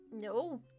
No